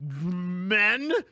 Men